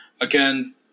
again